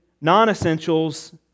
non-essentials